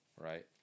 right